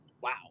Wow